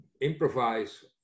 improvise